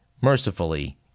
mercifully